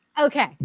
Okay